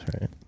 right